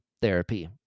therapy